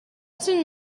certain